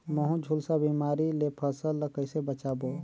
महू, झुलसा बिमारी ले फसल ल कइसे बचाबो?